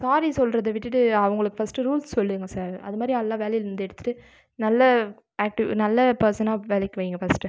ஸாரி சொல்றதை விட்டுவிட்டு அவங்களுக்கு ஃபஸ்ட் ரூல்ஸ் சொல்லுங்க சார் அதுமாதிரி ஆளெலாம் வேலையிலேருந்து எடுத்துட்டு நல்ல ஆக்ட்டிவ் நல்ல பர்சனாக வேலைக்கு வைங்க ஃபஸ்ட்